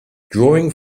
drawing